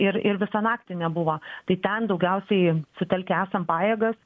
ir ir visą naktį nebuvo tai ten daugiausiai sutelkę esam pajėgas